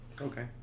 Okay